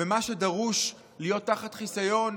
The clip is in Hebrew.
ומה שדרוש להיות תחת חיסיון,